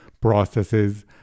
processes